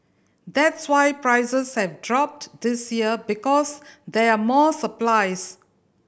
that's why prices have dropped this year because there are more supplies